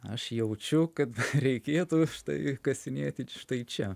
aš jaučiu kad reikėtų štai kasinėti štai čia